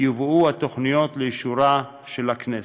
יובאו התוכניות לאישורה של הכנסת.